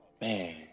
Man